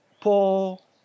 paul